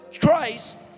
Christ